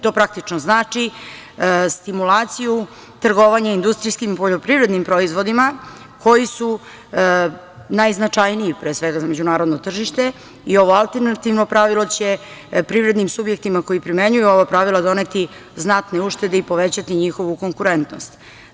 To praktično znači stimulaciju trgovanja industrijskim poljoprivrednim proizvodima koji su najznačajniji, pre svega, za međunarodno tržište i ovo alternativno pravilo će privrednim subjektima koji primenjuju ova pravila doneti znatne uštede i povećati njihovu konkurentnost.